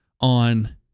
on